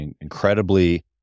incredibly